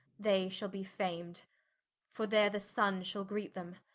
they shall be fam'd for there the sun shall greet them,